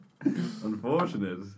Unfortunate